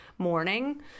morning